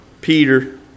Peter